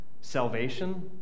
Salvation